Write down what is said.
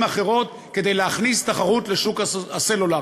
אחרות כדי להכניס תחרות לשוק הסלולר.